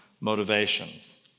motivations